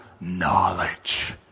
knowledge